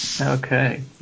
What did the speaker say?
Okay